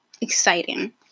Exciting